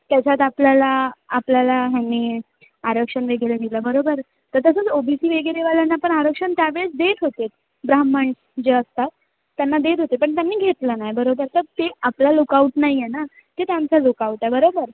त्याच्यात आपल्याला आपल्याला ह्यांनी आरक्षण वगैरे दिलं बरोबर तर तसंच ओ बी सी वगैरे वाल्यांना पण आरक्षण त्यावेळेस देत होते ब्राह्मण जे असतात त्यांना देत होते पण त्यांनी घेतलं नाही बरोबर तर ते आपला लुकआउट नाही आहे ना ते त्यांचा लुकआउट आहे बरोबर